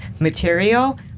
material